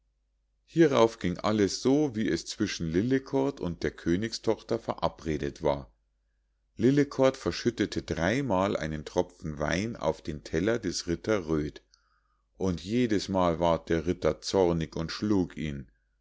hierauf ging alles so wie es zwischen lillekort und der königstochter verabredet war lillekort verschüttete dreimal einen tropfen wein auf den teller des ritters röd und jedesmal ward der ritter zornig und schlug ihn